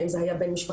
האם זה היה בן משפחה,